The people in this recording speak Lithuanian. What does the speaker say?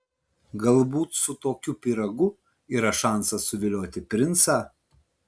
galbūt su tokiu pyragu yra šansas suvilioti princą